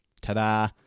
Ta-da